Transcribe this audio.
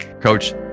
Coach